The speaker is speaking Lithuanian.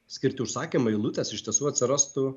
skirti užsakymai eilutės iš tiesų atsirastų